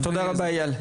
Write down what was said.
תודה רבה אייל.